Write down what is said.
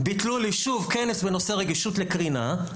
ביטלו לי שוב כנס בנושא רגישות לקרינה,